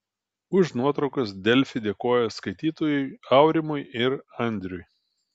už nuotraukas delfi dėkoja skaitytojui aurimui ir andriui